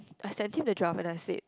I sent him the draft and I said